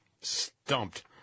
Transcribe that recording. stumped